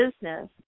business